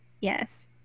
Yes